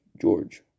George